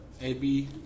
AB